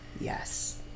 yes